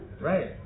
right